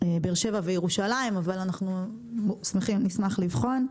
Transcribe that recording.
באר שבע וירושלים, אבל אנחנו נשמח לבחון.